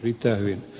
riittää hyvin